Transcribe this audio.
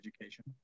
education